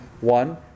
one